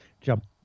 jump